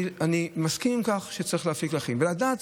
אני מסכים עם כך שצריך להפיק לקחים ולדעת